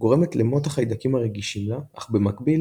גורמת למות החיידקים הרגישים לה, אך במקביל